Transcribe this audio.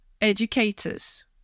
educators